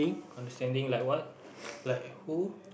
understanding like what like who